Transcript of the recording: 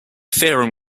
theorem